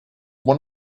one